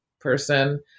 person